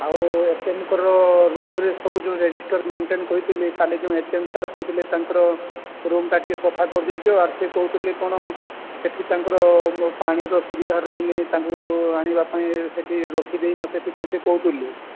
ଆଉ ଏଚ୍ଏମ୍ଙ୍କର ରୁମ୍ରେ ସବୁ ଯୋଉ ରେଜିଷ୍ଟର୍ ମେଣ୍ଟେନ୍ କହିଥିଲି କାଲି ଯୋଉ ଏଚ୍ଏମ୍ ସାର୍ କହିଥିଲେ ତାଙ୍କର ରୁମ୍ ଟା ଟିକିଏ ସଫା କରିଦେଇଛ ଆଉ ସିଏ କହୁଥିଲେ କ'ଣ ସେଠି ତାଙ୍କର ପାଣିର ସୁବିଧା ରହୁନି ତାଙ୍କୁ ଆଣିବାପାଇଁ ସେଠି ରଖିଦେଇନ ସେଥିପାଇଁ ସେ କହୁଥିଲେ